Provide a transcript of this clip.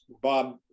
Bob